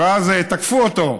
ואז תקפו אותו,